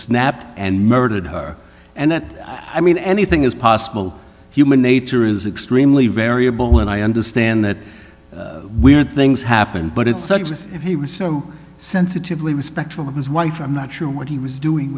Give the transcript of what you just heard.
snapped and murdered her and that i mean anything is possible human nature is extremely variable and i understand that weird things happen but it's such as if he was so sensitive lee respectful of his wife i'm not sure what he was doing